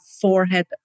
forehead